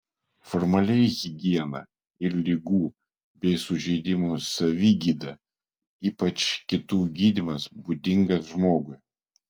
formaliai higiena ir ligų bei sužeidimų savigyda ir ypač kitų gydymas būdingas žmogui